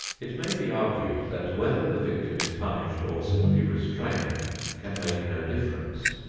it may be argued that whether the victim is punished or simply restrained can make no difference.